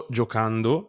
giocando